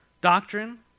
Doctrine